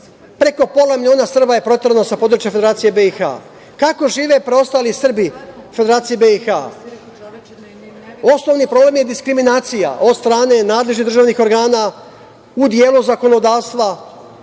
Preko pola miliona Srba je proterano sa područja Federacije BiH. Kako žive preostali Srbi u Federaciji BiH? Osnovni problem je diskriminacija od strane nadležnih državnih organa u delu zakonodavstva. Od